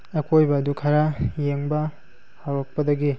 ꯑꯀꯣꯏꯕꯗꯨ ꯈꯔ ꯌꯦꯡꯕ ꯍꯧꯔꯛꯄꯗꯒꯤ